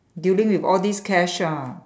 dealing with all these cash ah